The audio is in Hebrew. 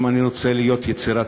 אם אני רוצה להיות יצירתי,